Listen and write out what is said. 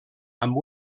amb